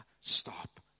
stop